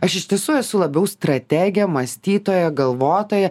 aš iš tiesų esu labiau strategė mąstytoja galvotoja